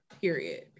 Period